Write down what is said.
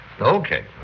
Okay